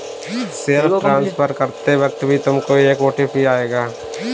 self transfer करते वक्त भी तुमको एक ओ.टी.पी आएगा